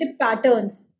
patterns